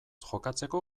jokatzeko